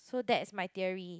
so that's my theory